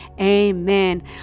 Amen